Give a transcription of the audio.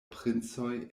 princoj